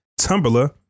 Tumblr